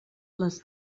les